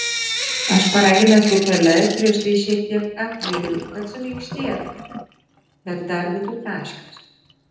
aš šparagines pupeles prieš tai šiek tiek apviriau kad suminkštėtų bet dar būtų traškios